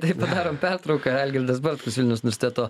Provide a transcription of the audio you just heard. taip padarom pertrauką algirdas bartkus vilniaus nursteto